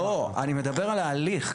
לא, אני מדבר על ההליך.